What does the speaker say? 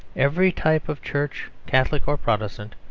every type of church, catholic or protestant,